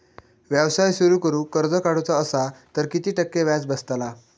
व्यवसाय सुरु करूक कर्ज काढूचा असा तर किती टक्के व्याज बसतला?